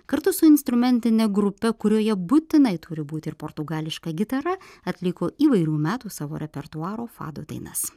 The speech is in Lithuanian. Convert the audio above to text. kartu su instrumentine grupe kurioje būtinai turi būti ir portugališka gitara atliko įvairių metų savo repertuaro fado dainas